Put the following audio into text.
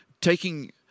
taking